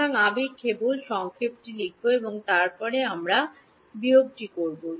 সুতরাং আমি কেবল সংক্ষেপটি লিখব এবং তারপরে আমরা বিয়োগটি করব